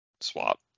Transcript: swap